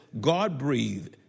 God-breathed